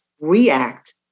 react